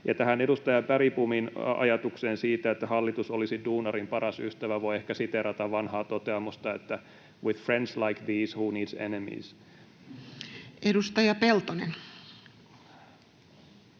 edustaja Bergbomin ajatukseen siitä, että hallitus olisi duunarin paras ystävä, voi ehkä siteerata vanhaa toteamusta: ”With friends like these, who needs enemies?” Edustaja Peltonen.